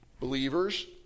Believers